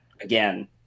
again